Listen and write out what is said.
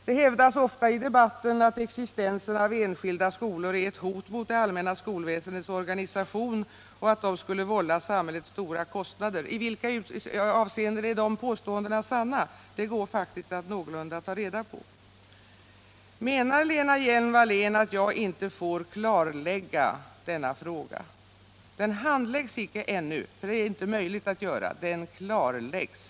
Det hävdas ofta i debatten att existensen av enskilda skolor är ett hot mot det allmänna skolväsendets organisation och att de skulle vålla samhället stora kostnader. I vilka avseenden är de påståendena sanna? Det går faktiskt att någorlunda ta reda på detta. Menar Lena Hjelm Wallén att jag inte får klarlägga denna fråga? Den handläggs icke ännu, för det är icke möjligt att göra. Den klarläggs.